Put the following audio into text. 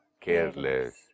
careless